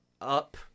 up